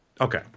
Okay